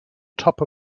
top